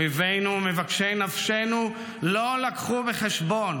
אויבינו מבקשי נפשנו לא לקחו בחשבון